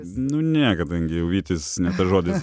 nu ne kadangi jau vytis netas žodis